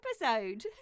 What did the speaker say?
episode